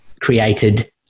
created